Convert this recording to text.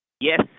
Yes